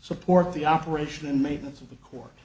support the operation and maintenance of the co